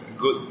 good